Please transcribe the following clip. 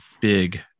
big